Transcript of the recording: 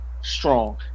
strong